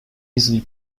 easily